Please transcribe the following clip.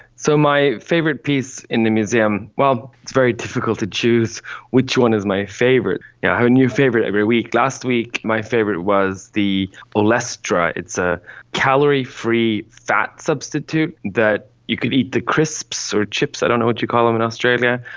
so my favourite piece in the museum, well, it's very difficult to choose which one is my favourite, yeah i have a new favourite every week. last week my favourite was the olestra, it's a calorie-free fat substitute that you could eat the crisps or chips, i don't know what to call them in australia,